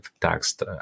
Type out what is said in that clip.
text